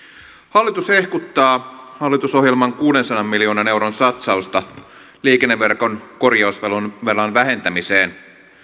hallitus hehkuttaa hallitusohjelman kuudensadan miljoonan euron satsausta liikenneverkon korjausvelan vähentämiseen